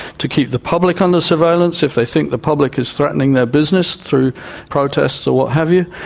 to keep the public under surveillance if they think the public is threatening their business through protests or what have you.